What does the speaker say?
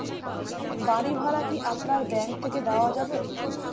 বাড়ী ভাড়া কি আপনার ব্যাঙ্ক থেকে দেওয়া যাবে?